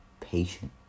patient